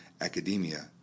academia